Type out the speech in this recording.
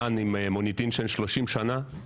גן עם מוניטין של 30 שנה,